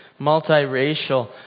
multiracial